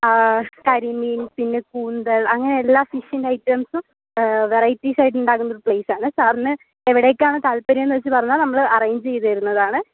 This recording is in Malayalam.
ആ കരിമീൻ പിന്നെ കൂന്തൾ അങ്ങനെയെല്ലാ ഫിഷിൻ്റെ ഐറ്റംസും വെറൈറ്റീസായിട്ടുണ്ടാക്കുന്ന ഒരു പ്ലേസ് ആണ് സാറിന് എവിടേക്കാണ് താല്പര്യം എന്നുവെച്ചു പറഞ്ഞാൽ നമ്മള് അറേഞ്ചുചെയ്ത് തരുന്നതാണ്